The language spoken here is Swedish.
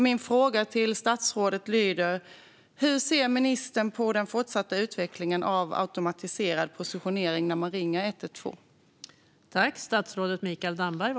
Min fråga till statsrådet lyder därför: Hur ser ministern på den fortsatta utvecklingen av automatiserad positionering när man ringer 112?